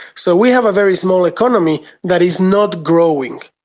so we have a very small economy that is not growing,